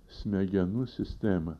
smegenų sistemą